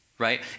right